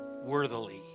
worthily